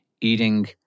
eating